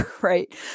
right